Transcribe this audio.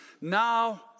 now